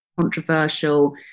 controversial